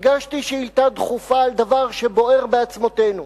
הגשתי שאילתא דחופה על דבר שבוער בעצמותינו,